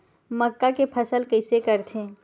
मक्का के फसल कइसे करथे?